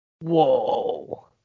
Whoa